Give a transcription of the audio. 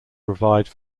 provide